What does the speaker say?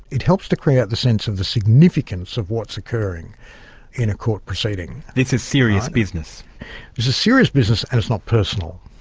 it helps to create the sense of the significance of what's occurring in a court proceeding. this is serious business. this is serious business and it's not personal,